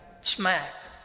smacked